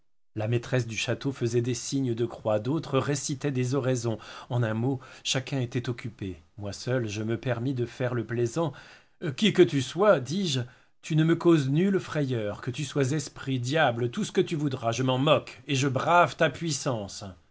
la maîtresse du château faisait des signes de croix d'autres récitaient des oraisons en un mot chacun était occupé moi seul je me permis de faire le plaisant qui que tu sois dis-je tu ne me cause nulle frayeur que tu sois esprit diable tout ce que tu voudras je m'en moque et je brave ta puissance